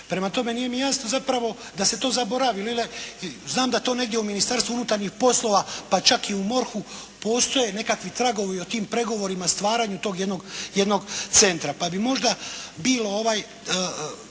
Prema tome, nije mi jasno zapravo da se to zaboravilo. Znam da to negdje u Ministarstvu unutarnjih poslova pa čak i u MORH-u postoje nekakvi tragovi o tim pregovorima, stvaranju tog jednog centra pa bi možda bilo dobro